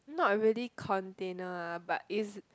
not really container eh but it's